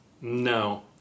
no